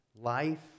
life